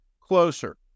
closer